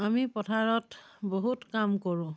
আমি পথাৰত বহুত কাম কৰোঁ